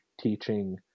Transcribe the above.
teaching